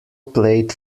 played